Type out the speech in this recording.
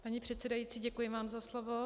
Paní předsedající, děkuji vám za slovo.